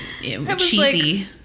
Cheesy